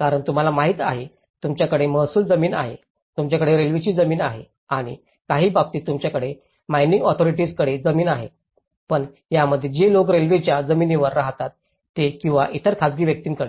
कारण तुम्हाला माहिती आहे तुमच्याकडे महसूल जमीन आहे तुमच्याकडे रेल्वेची जमीन आहे किंवा काही बाबतीत तुमच्याकडे मानिंग ऑथॉरिटीएस कडे जमीन आहे पण यामध्ये जे लोक रेल्वेच्या जमिनीवर राहतात ते किंवा इतर खासगी व्यक्तींकडे